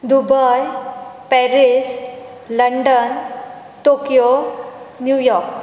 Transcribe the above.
Dubai Paris London Tokyo New York